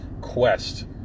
quest